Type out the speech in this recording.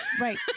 right